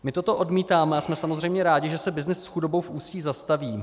My toto odmítáme a jsme samozřejmě rádi, že se byznys s chudobou v Ústí zastaví.